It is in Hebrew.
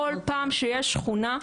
כל פעם שיש שכונה,